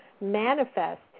manifest